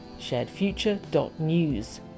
sharedfuture.news